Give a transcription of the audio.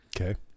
Okay